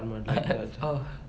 oh